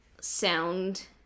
sound